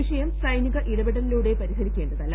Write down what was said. വിഷയം സൈനിക ഇടപെടലിലൂടെ പരിഹരിക്കേണ്ടതല്ല